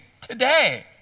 today